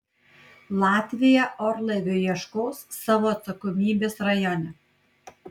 latvija orlaivio ieškos savo atsakomybės rajone